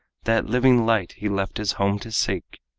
that living light he left his home to seek.